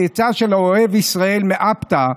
צאצא של האוהב-ישראל מאפטא,